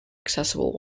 accessible